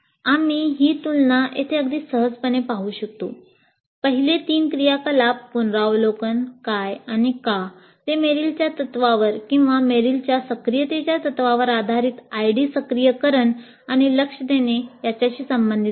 आम्ही ही तुलना येथे अगदी सहजपणे पाहू शकतो पहिले तीन क्रियाकलाप पुनरावलोकन काय आणि का ते मेरिलच्या तत्त्वांवर किंवा मेरिलच्या सक्रियतेच्या तत्त्वावर आधारित आयडी सक्रियकरण आणि लक्ष देणे यांच्याशी संबंधित आहेत